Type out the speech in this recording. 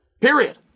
period